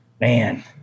man